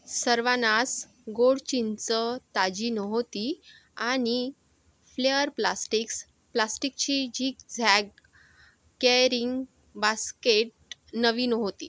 सर्वानाच गोड चिंच ताजी नव्हती आणि फ्लेअर प्लास्टिक्स प्लास्टिकची झिगझॅग कॅरिंग बास्केट नवीन होती